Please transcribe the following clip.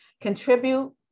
contribute